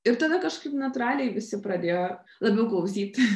ir tada kažkaip natūraliai visi pradėjo labiau klausyti